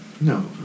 No